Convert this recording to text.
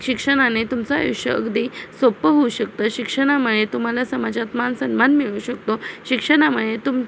शिक्षणाने तुमचं आयुष्य अगदी सोपं होऊ शकतं शिक्षणामुळे तुम्हाला समाजात मान सन्मान मिळू शकतो शिक्षणामुळे तुम